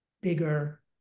bigger